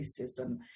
racism